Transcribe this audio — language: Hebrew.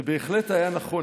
זה בהחלט היה נכון.